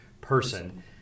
person